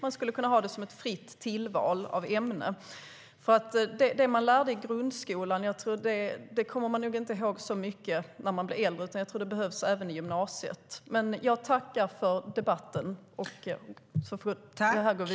Man skulle kunna ha det som ett fritt tillval av ämne. Jag tackar för debatten.